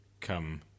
come